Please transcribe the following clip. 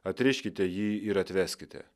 atriškite jį ir atveskite